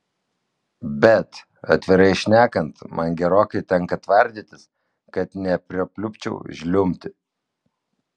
bet atvirai šnekant man gerokai tenka tvardytis kad neprapliupčiau žliumbti